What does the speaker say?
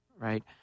right